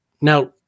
Now